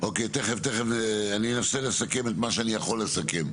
אני אנסה לסכם את מה שאני יכול לסכם.